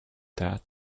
that